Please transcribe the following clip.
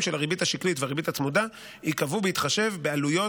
של הריבית השקלית והריבית הצמודה ייקבעו בהתחשב בעלויות